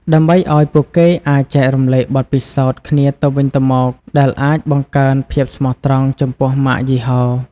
ដើម្បីឱ្យពួកគេអាចចែករំលែកបទពិសោធន៍គ្នាទៅវិញទៅមក ដែលអាចបង្កើនភាពស្មោះត្រង់ចំពោះម៉ាកយីហោ។